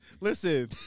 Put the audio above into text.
Listen